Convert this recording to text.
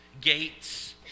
gates